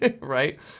Right